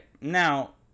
now